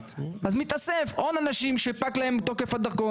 אז מתאספים עוד אנשים שפג להם תוקף הדרכון